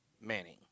Manning